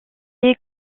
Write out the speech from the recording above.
est